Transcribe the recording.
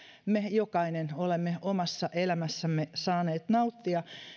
me jokainen olemme omassa elämässämme saaneet nauttia